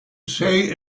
say